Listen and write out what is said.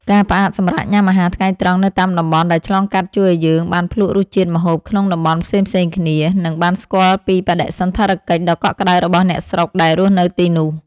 ការផ្អាកសម្រាកញ៉ាំអាហារថ្ងៃត្រង់នៅតាមតំបន់ដែលឆ្លងកាត់ជួយឱ្យយើងបានភ្លក់រសជាតិម្ហូបក្នុងតំបន់ផ្សេងៗគ្នា និង បានស្គាល់ពីបដិសណ្ឋារកិច្ចដ៏កក់ក្ដៅរបស់អ្នកស្រុកដែលរស់នៅទីនោះ។